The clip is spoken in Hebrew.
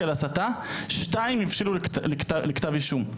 על הסתה שתיים הבשילו לכתב אישום.